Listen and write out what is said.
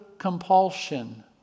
compulsion